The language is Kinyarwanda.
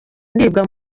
ndibwa